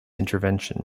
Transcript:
intervention